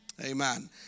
Amen